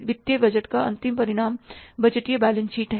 वित्तीय बजट का अंतिम परिणाम बजटीय बैलेंस शीट है